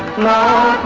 know,